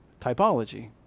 Typology